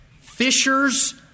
Fishers